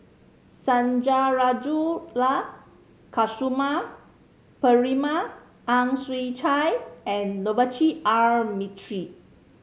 Sundarajulu Lakshmana Perumal Ang Chwee Chai and Navroji R Mistri